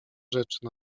rzeczy